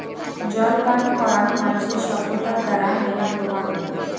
জল পান করাং মানসির সভ্যতার দ্বারা মেলা প্রভাব হই